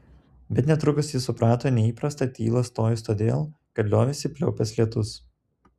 bet netrukus ji suprato neįprastą tylą stojus todėl kad liovėsi pliaupęs lietus